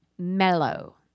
mellow